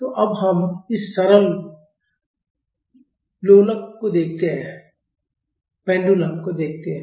तो अब हम इस सरल लोलक को देखते हैं